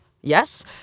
Yes